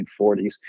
1940s